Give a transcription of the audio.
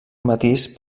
matís